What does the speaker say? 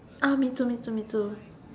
ah me too me too me too